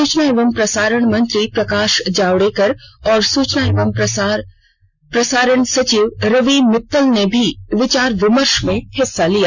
सूचना एवं प्रसारण मंत्री प्रकाश जावड़ेकर और सूचना एवं प्रसारण सचिव रवि मित्तल ने भी विचार विमर्श में हिस्सा लिया